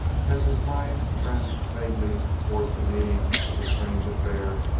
as his mind grasped vaguely towards the meaning of the strange affair,